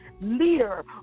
leader